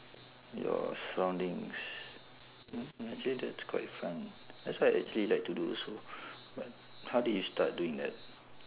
your surroundings actually that's quite fun that's what actually I like to do also but how did you start doing that